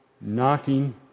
knocking